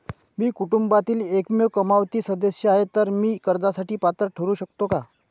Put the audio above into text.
मी कुटुंबातील एकमेव कमावती सदस्य आहे, तर मी कर्जासाठी पात्र ठरु शकतो का?